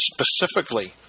specifically